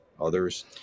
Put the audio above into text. others